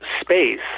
space